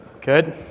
Good